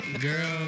Girl